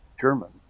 German